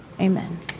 Amen